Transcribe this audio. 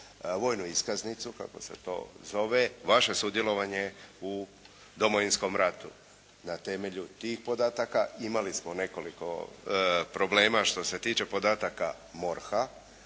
vojnu iskaznicu kako se to zove vaše sudjelovanje u Domovinskom ratu. Na temelju tih podataka imali smo nekoliko problema što se tiče podataka MORH-a.